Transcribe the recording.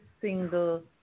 single